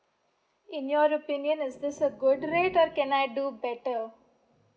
in your opinion is this a good rate or can I do better